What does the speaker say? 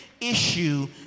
issue